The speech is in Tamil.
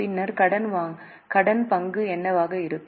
பின்னர் கடன் பங்கு என்னவாக இருக்கும்